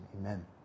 amen